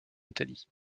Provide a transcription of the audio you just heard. italie